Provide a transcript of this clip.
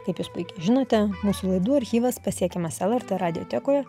kaip jūs puikiai žinote mūsų laidų archyvas pasiekiamas lrt radiotekoje